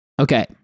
okay